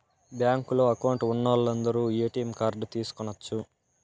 బ్యాంకులో అకౌంట్ ఉన్నోలందరు ATM card తీసుకొనచ్చు